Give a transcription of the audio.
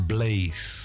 Blaze